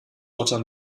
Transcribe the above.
dotter